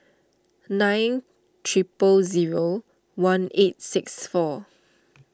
nine triple zero one eight six four